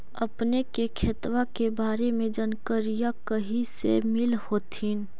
अपने के खेतबा के बारे मे जनकरीया कही से मिल होथिं न?